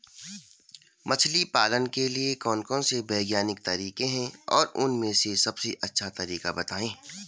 मछली पालन के लिए कौन कौन से वैज्ञानिक तरीके हैं और उन में से सबसे अच्छा तरीका बतायें?